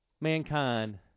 mankind